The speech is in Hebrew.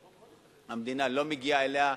שהמדינה לא מגיעה אליה,